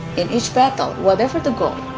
in each battle, whatever the goal,